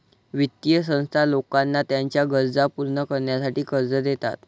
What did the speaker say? वित्तीय संस्था लोकांना त्यांच्या गरजा पूर्ण करण्यासाठी कर्ज देतात